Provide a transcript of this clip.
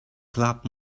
club